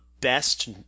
best